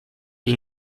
den